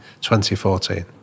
2014